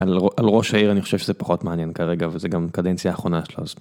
על ראש העיר אני חושב שזה פחות מעניין כרגע וזה גם קדנציה האחרונה שלו. אז